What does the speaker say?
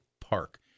Park